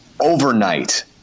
overnight